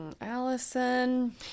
Allison